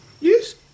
yes